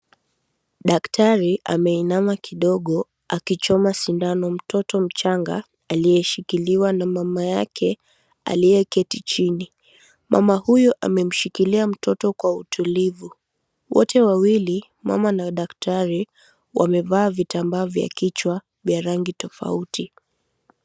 Daktari ameinama kidogo akichoma sindano mtoto mchanga aliyeshikiliwa na mama yake aliyeketi chini, mama huyo amemshikilia mtoto kwa utulivu wote wawili mama na daktari wamevaa vitambaa vya kichwa vya rangi tofauti.